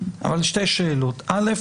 אבל שתי שאלות: א',